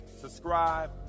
subscribe